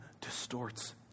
distorts